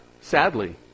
Sadly